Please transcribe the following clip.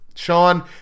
Sean